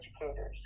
educators